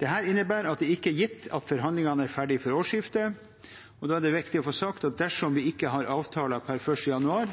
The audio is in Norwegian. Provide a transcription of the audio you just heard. Dette innebærer at det ikke er gitt at forhandlingene er ferdige før årsskiftet, og da er det viktig å få sagt at dersom vi ikke har avtaler per 1. januar,